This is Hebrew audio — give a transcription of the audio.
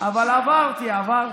אבל עברתי, עברתי,